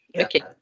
okay